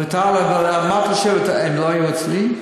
אמרתי שהם לא היו אצלי?